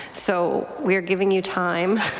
so we're giving you time.